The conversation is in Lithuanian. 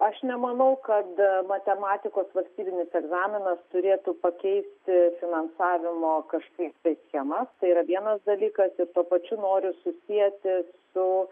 aš nemanau kad matematikos valstybinis egzaminas turėtų pakeisti finansavimo kažkaip tai schemą tai yra vienas dalykas ir tuo pačiu noriu susieti su